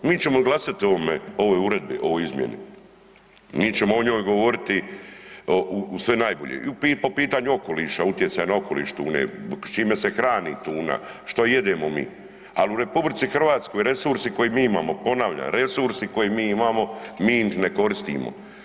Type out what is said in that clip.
Mi ćemo glasati o ovoj uredi, o ovoj izmjeni, mi ćemo o njoj govoriti sve najbolje i po pitanju okoliša, utjecaja na okoliš tune, s čime se hrani tuna, što jedemo mi, ali u RH resursi koje mi imamo, ponavljam resursi koje mi imamo, mi ih ne koristimo.